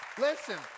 Listen